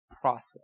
process